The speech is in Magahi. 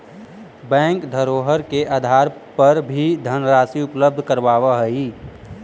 बैंक धरोहर के आधार पर भी धनराशि उपलब्ध करावऽ हइ